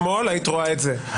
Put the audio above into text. איך ממנים קבוע?